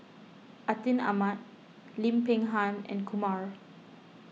Atin Amat Lim Peng Han and Kumar